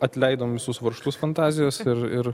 atleidom visus varžtus fantazijos ir ir